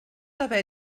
haver